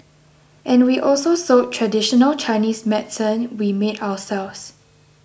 and we also sold traditional Chinese medicine we made ourselves